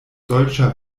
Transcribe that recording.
dolĉa